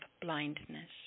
blindness